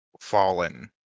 fallen